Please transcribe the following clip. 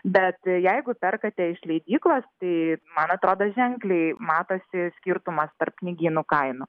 bet jeigu perkate iš leidyklos tai man atrodo ženkliai matosi skirtumas tarp knygynų kainų